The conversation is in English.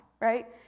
right